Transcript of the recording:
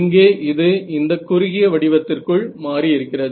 இங்கே இது இந்தக் குறுகிய வடிவத்திற்குள் மாறி இருக்கிறது